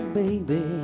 baby